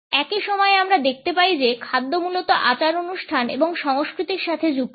একই সময়ে আমরা দেখতে পাই যে খাদ্য মূলত আচার অনুষ্ঠান এবং সংস্কৃতির সাথে যুক্ত